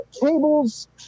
cables